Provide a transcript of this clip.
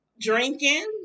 Drinking